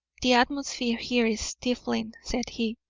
the atmosphere here is stifling, said he.